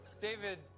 David